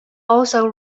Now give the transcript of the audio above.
also